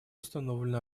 установлена